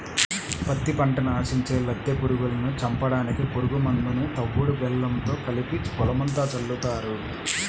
పత్తి పంటని ఆశించే లద్దె పురుగుల్ని చంపడానికి పురుగు మందుని తవుడు బెల్లంతో కలిపి పొలమంతా చల్లుతారు